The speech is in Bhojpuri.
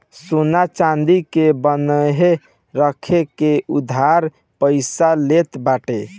सोना चांदी के बान्हे रख के उधार पईसा लेत बाटे